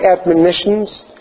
admonitions